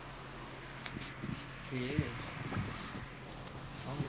now cannot go you know because of covid lockdown